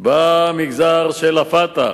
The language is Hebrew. במגזר של ה"פתח",